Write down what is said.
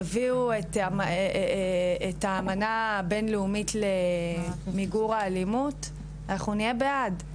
תביאו את האמנה הבין-לאומית למיגור האלימות אנחנו נהיה בעד.